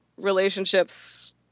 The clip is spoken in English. relationships